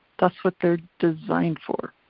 that's what they're designed for.